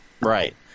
Right